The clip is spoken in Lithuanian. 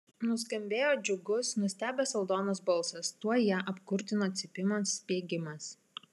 nuskambėjo džiugus nustebęs aldonos balsas tuoj ją apkurtino cypimas spiegimas